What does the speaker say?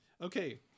Okay